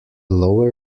lower